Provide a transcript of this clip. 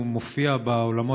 בבקשה.